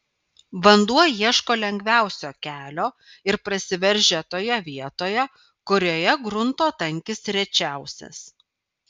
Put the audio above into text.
vanduo ieško lengviausio kelio ir prasiveržia toje vietoje kurioje grunto tankis rečiausias